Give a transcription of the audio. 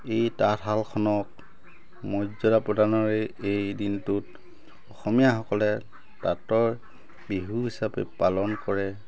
এই তাঁতশালখনক মৰ্যদা প্ৰদানৰেই এই দিনটোত অসমীয়াসকলে তাঁতৰ বিহু হিচাপে পালন কৰে